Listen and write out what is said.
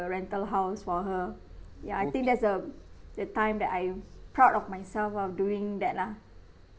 rental house for her ya I think that's a the time that I'm proud of myself of doing that lah